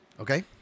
Okay